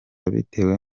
bitewe